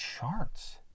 charts